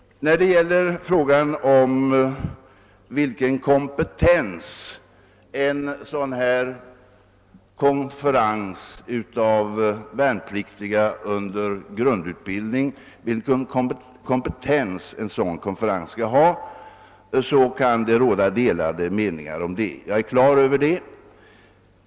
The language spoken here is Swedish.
När det gäller frågan om vilken kompetens en sådan här konferens av värnbanden, och att kandidaterna på ett ankan det råda delade meningar, det har jag klart för mig.